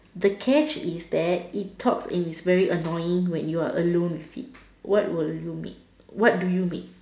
the catch is that it talks and it's very annoying when you are alone with it what will you make what do you make